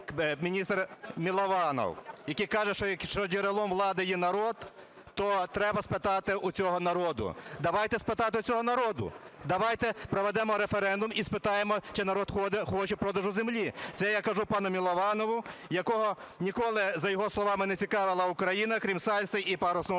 міністр Милованов, який каже, що джерелом влади є народ, то треба спитати у цього народу. Давайте питати у цього народу, давайте проведемо референдум і спитаємо, чи народ хоче продажу землі. Це я кажу пану Милованову, якого ніколи, за його словами, не цікавила Україна, крім сальси і парусного спорту,